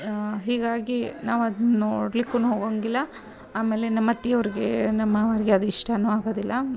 ಹೀಗಾಗಿ ನಾವು ಅದ್ನ ನೋಡ್ಲಿಕ್ಕೂ ಹೋಗೊಂಗಿಲ್ಲ ಆಮೇಲೆ ನಮ್ಮ ಅತ್ತೆಯವರ್ಗೆ ನಮ್ಮ ಮಾವರಿಗೆ ಅದು ಇಷ್ಟವೂ ಆಗೋದಿಲ್ಲ